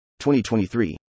2023